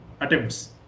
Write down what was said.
attempts